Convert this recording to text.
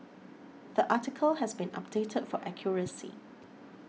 the article has been updated for accuracy